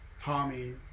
Tommy